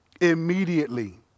immediately